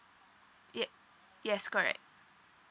yes yes correct